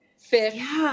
fish